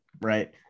right